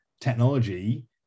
technology